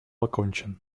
окончен